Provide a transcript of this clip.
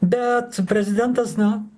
bet prezidentas na